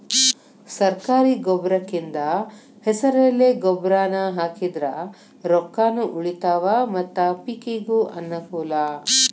ಸರ್ಕಾರಿ ಗೊಬ್ರಕಿಂದ ಹೆಸರೆಲೆ ಗೊಬ್ರಾನಾ ಹಾಕಿದ್ರ ರೊಕ್ಕಾನು ಉಳಿತಾವ ಮತ್ತ ಪಿಕಿಗೂ ಅನ್ನಕೂಲ